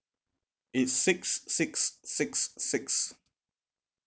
it's six six six six